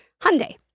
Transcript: Hyundai